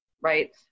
right